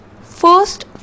First